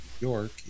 York